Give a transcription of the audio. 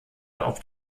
auf